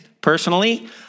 personally